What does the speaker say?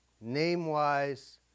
name-wise